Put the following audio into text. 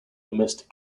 domestic